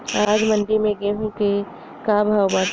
आज मंडी में गेहूँ के का भाव बाटे?